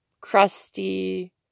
crusty